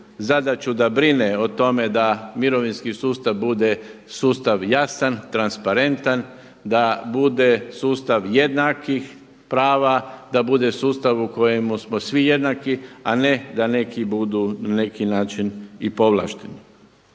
zadaću da brine o tome da mirovinski sustav bude sustav jasan, transparentan, da bude sustav jednakih prava, da bude sustava u kojemu smo svi jednaki a ne da neki budu na neki način i povlašteni.